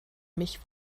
mich